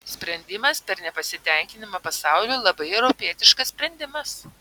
sprendimas per nepasitenkinimą pasauliu labai europietiškas sprendimas